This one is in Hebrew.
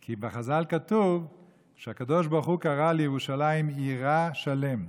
כי בחז"ל כתוב שהקדוש ברוך הוא קרא לירושלים יראה שלם,